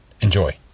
Enjoy